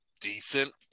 decent